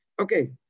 Okay